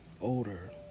older